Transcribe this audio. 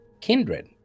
kindred